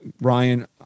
Ryan